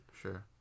sure